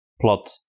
plot